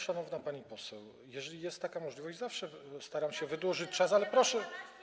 Szanowna pani poseł, jeżeli jest taka możliwość, zawsze staram się wydłużyć czas, ale proszę.